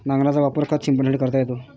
नांगराचा वापर खत शिंपडण्यासाठी करता येतो